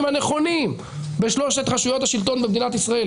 הנכונים בשלושת רשויות השלטון במדינת ישראל,